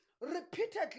repeatedly